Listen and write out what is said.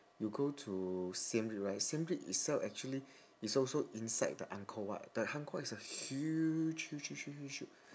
you go to siem reap right siem reap itself actually is also inside the angkor wat the angkor wat is a huge huge huge huge huge huge